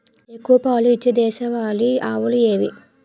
ఎక్కువ పాలు ఇచ్చే దేశవాళీ ఆవులు ఏవి?